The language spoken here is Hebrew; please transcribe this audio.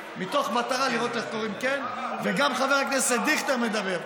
במטרה לראות איך אומרים "כן" וגם חבר הכנסת דיכטר מדבר.